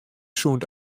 sûnt